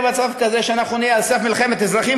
שאנחנו נהיה על סף מלחמת אזרחים,